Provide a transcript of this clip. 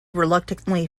reluctantly